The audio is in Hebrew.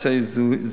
ומהווה אמצעי זיהוי,